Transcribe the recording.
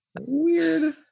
Weird